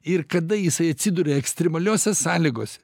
ir kada jisai atsiduria ekstremaliose sąlygose